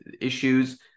issues